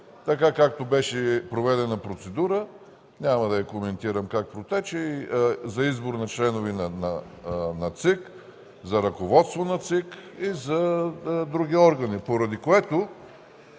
Както беше проведена процедура – няма да я коментирам как протече, за избор на членове на ЦИК, за ръководство на ЦИК и за други органи. Поради което,